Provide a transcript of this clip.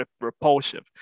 repulsive